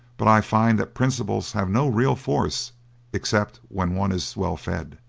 but i find that principles have no real force except when one is well fed.